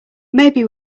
maybe